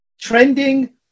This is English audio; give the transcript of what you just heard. trending